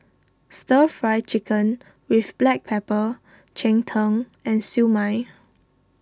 Stir Fry Chicken with Black Pepper Cheng Tng and Siew Mai